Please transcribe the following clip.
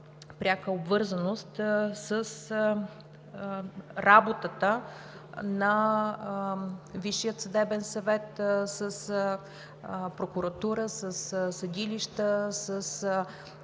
пряка обвързаност с работата на Висшия съдебен съвет, с прокуратурата, със съдилищата,